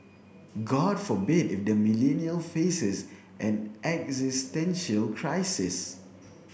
god forbid if the Millennial faces an existential crisis